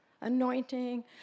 anointing